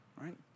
right